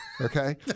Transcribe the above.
Okay